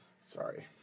Sorry